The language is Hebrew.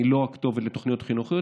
אני לא הכתובת לתוכניות חינוכיות.